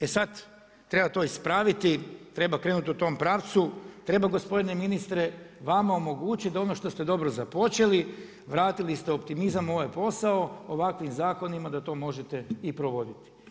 E sada, treba to ispraviti, treba krenuti u tom pravcu, treba gospodine ministre vama omogućiti da ono što ste dobro započeli, vratili ste optimizam u ovaj posao, ovakvim zakonima da to možete i provoditi.